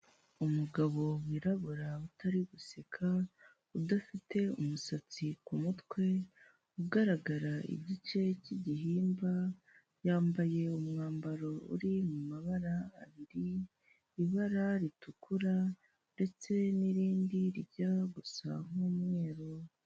Umugabo wirabura utari guseka udafite umusatsi ku kumutwe, ugaragara igice cy' igihimba yambaye umwambaro uri mumabara abiri ibara ritukura ndetse n'irindi rijya gusa nkumweru.